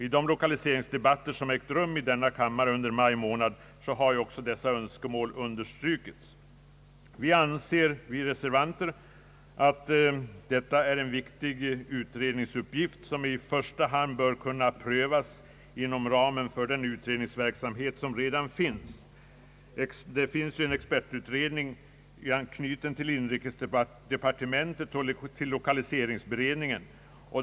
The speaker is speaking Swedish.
I de lokaliseringsdebatter som har ägt rum i denna kammare under maj månad har ju också dessa önskemål understrukits. Reservanterna anser att detta är en viktig utredningsuppgift som i första hand bör kunna prövas inom ramen för den utredningsverksamhet som redan finns. En expertutredning för dessa frågor har knutits till inrikesdepartemen tet och till lokaliseringsberedningen.